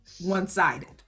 one-sided